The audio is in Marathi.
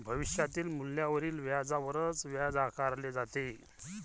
भविष्यातील मूल्यावरील व्याजावरच व्याज आकारले जाते